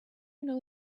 know